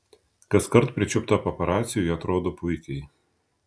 kaskart pričiupta paparacių ji atrodo puikiai